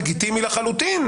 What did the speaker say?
לגיטימי לחלוטין,